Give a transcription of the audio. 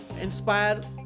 inspired